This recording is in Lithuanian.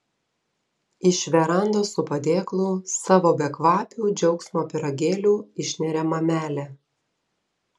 iš verandos su padėklu savo bekvapių džiaugsmo pyragėlių išneria mamelė